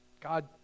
God